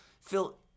Phil